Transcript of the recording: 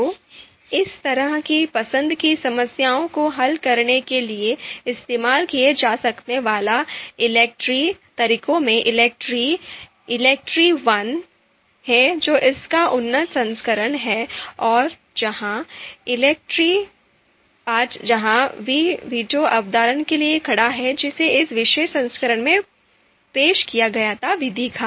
तो इस तरह की पसंद की समस्याओं को हल करने के लिए इस्तेमाल किया जा सकने वाला ELECTRE तरीकों में ELECTRE ELECTRE I है जो इसका उन्नत संस्करण है और ELECTRE वी जहां वी वीटो अवधारणा के लिए खड़ा है जिसे इस विशेष संस्करण में पेश किया गया था विधि का